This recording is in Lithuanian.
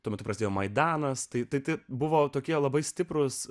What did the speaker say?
tuo metu prasidėjo maidanas tai buvo tokie labai stiprūs